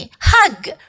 Hug